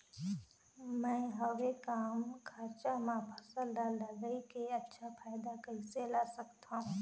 मैं हवे कम खरचा मा फसल ला लगई के अच्छा फायदा कइसे ला सकथव?